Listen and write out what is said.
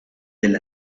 del